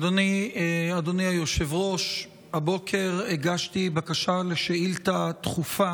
אדוני היושב-ראש, הבוקר הגשתי בקשה לשאילתה דחופה